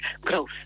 growth